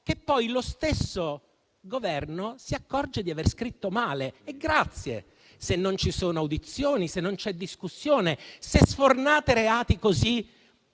che poi lo stesso Governo si accorge di aver scritto male. E grazie, se non ci sono audizioni, se non c'è discussione, se sfornate reati così